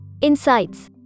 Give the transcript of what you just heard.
Insights